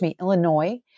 Illinois